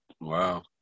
Wow